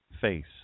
face